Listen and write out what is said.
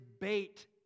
bait